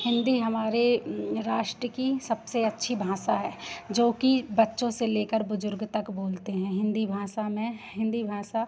हिन्दी हमारे राष्ट्र की सबसे अच्छी भाषा है जोकि बच्चों से लेकर बुज़ुर्ग तक बोलते हैं हिन्दी भाषा में हिन्दी भाषा